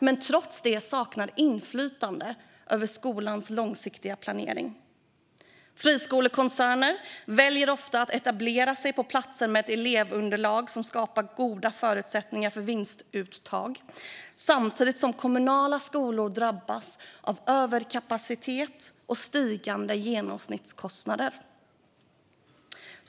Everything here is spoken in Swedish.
Men trots det saknar de inflytande över skolans långsiktiga planering. Friskolekoncerner väljer ofta att etablera sig på platser med ett elevunderlag som skapar goda förutsättningar för vinstuttag, samtidigt som kommunala skolor drabbas av överkapacitet och stigande genomsnittskostnader.